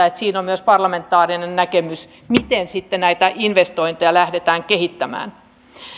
että siinä on myös parlamentaarinen näkemys miten näitä investointeja lähdetään kehittämään